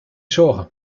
zorgen